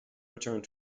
returned